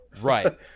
Right